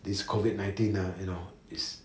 this COVID nineteen ah you know is